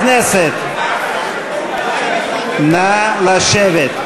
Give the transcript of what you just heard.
הכנסת, נא לשבת.